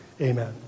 Amen